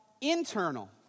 internal